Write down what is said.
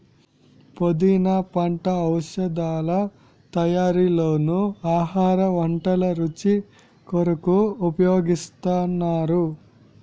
పుదీనా పంట ఔషధాల తయారీలోనూ ఆహార వంటల రుచి కొరకు ఉపయోగిస్తున్నారు